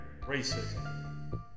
racism